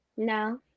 No